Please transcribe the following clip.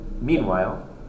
Meanwhile